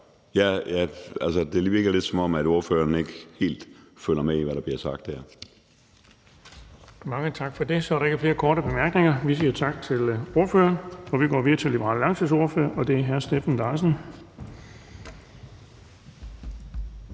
Så det virker lidt, som om spørgeren ikke helt følger med i, hvad der bliver sagt her. Kl. 20:20 Den fg. formand (Erling Bonnesen): Mange tak for det. Så er der ikke flere korte bemærkninger. Vi siger tak til ordføreren. Vi går videre til Liberal Alliances ordfører, og det er hr. Steffen Larsen.